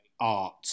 art